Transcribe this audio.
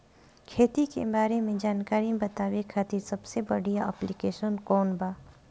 खेती के बारे में जानकारी बतावे खातिर सबसे बढ़िया ऐप्लिकेशन कौन बा?